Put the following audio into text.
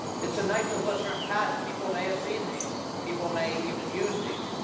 it's a nitroglycerin patch. people may have seen these. people may even use these.